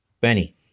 Benny